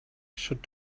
should